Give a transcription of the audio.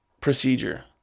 procedure